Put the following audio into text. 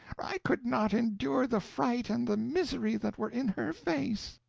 i could not endure the fright and the misery that were in her face.